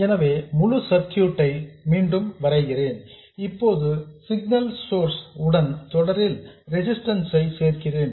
எனவே முழு சர்க்யூட் ஐ மீண்டும் வரைகிறேன் இப்போது சிக்னல் சோர்ஸ் உடன் தொடரில் ரெசிஸ்டன்ஸ் ஐ சேர்க்கிறேன்